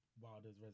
Wilder's